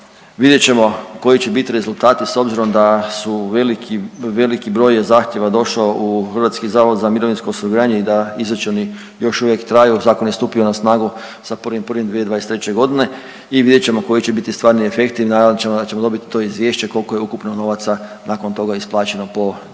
vidjet ćemo koji će biti rezultati s obzirom da su veliki broj je zahtjeva došao u Hrvatski zavod za mirovinsko osiguranje i da izračuni još uvijek traju. Zakon je stupio na snagu sa 1.1.2023. godine i vidjet ćemo koji će biti stvarni efekti. Nadam se da ćemo dobiti to izvješće koliko je ukupno novaca nakon toga isplaćeno po toj